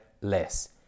less